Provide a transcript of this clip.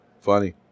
funny